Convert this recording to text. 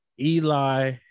Eli